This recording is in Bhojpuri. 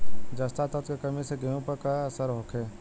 जस्ता तत्व के कमी से गेंहू पर का असर होखे?